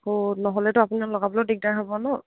অ' নহ'লেতো আপোননিাক লগাবলৈ দিগদাৰ হ'ব ন